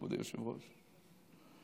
אדוני היושב-ראש,